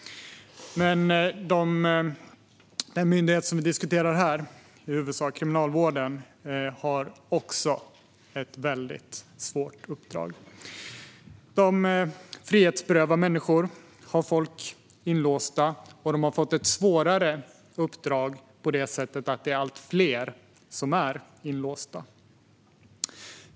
Den myndighet vi diskuterar här, Kriminalvården, har också ett svårt uppdrag. Den frihetsberövar människor och håller dem inlåsta, och den har fått ett svårare uppdrag på det sättet att det är allt fler som är inlåsta.